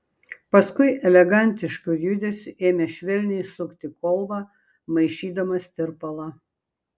paskui elegantišku judesiu ėmė švelniai sukti kolbą maišydamas tirpalą